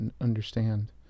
understand